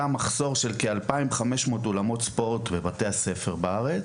מחסור של כ-2,500 אולמות ספורט בבתי הספר בארץ.